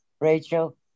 Rachel